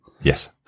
Yes